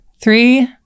three